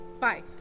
Bye